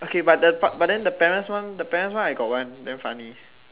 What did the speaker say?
okay but the part the parents one the parents one I got one damn funny